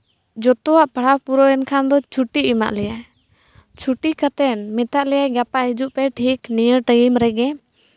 ᱡᱚᱛᱚᱣᱟᱜ ᱯᱟᱲᱦᱟᱣ ᱯᱩᱨᱟᱹᱣᱮᱱ ᱠᱷᱟᱱ ᱫᱚ ᱪᱷᱩᱴᱤ ᱮᱢᱟᱜ ᱞᱮᱭᱟᱭ ᱪᱷᱩᱴᱤ ᱠᱟᱛᱮᱫ ᱢᱮᱛᱟᱫ ᱞᱮᱭᱟᱭ ᱜᱟᱯᱟ ᱦᱤᱡᱩᱜ ᱯᱮ ᱴᱷᱤᱠ ᱱᱤᱭᱟᱹ ᱴᱟᱹᱭᱤᱢ ᱨᱮᱜᱮ